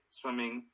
swimming